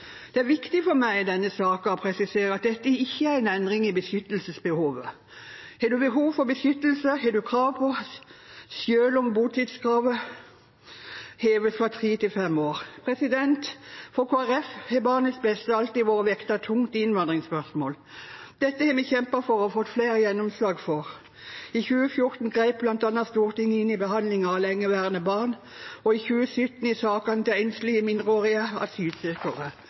Det er viktig for meg i denne saken å presisere at dette ikke er en endring i beskyttelsesbehovet. Har man behov for beskyttelse, har man krav på det, selv om botidskravet heves fra tre til fem år. For Kristelig Folkeparti har barnets beste alltid vært vektet tungt i innvandringsspørsmål. Dette har vi kjempet for og fått flere gjennomslag for. Blant annet grep Stortinget i 2014 inn i behandlingen av lengeværende barn og i 2017 i sakene til enslige mindreårige